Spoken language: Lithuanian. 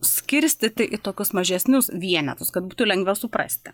skirstyti į tokius mažesnius vienetus kad būtų lengviau suprasti